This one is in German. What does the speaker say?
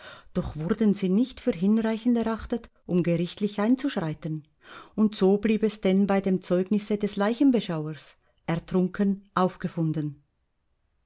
doch wurden sie nicht für hinreichend erachtet um gerichtlich einzuschreiten und so blieb es denn bei dem zeugnisse des leichenbeschauers ertrunken aufgefunden